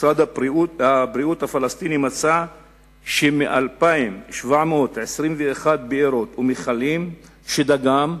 משרד הבריאות הפלסטיני מצא שמ-2,721 בארות ומכלים שדגם,